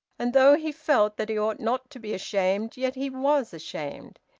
and though he felt that he ought not to be ashamed, yet he was ashamed.